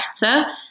better